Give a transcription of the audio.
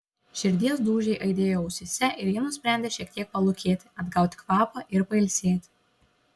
širdies dūžiai aidėjo ausyse ir ji nusprendė šiek tiek palūkėti atgauti kvapą ir pailsėti